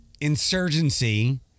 insurgency